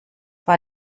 war